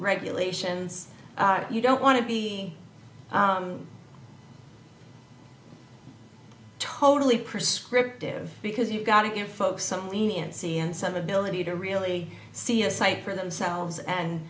regulations you don't want to be totally prescriptive because you've got to give folks some leniency and some ability to really see a site for themselves and